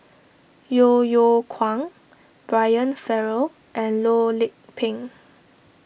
Yeo Yeow Kwang Brian Farrell and Loh Lik Peng